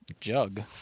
jug